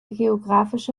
geografische